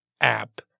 app